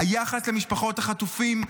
היחס למשפחות החטופים,